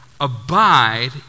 Abide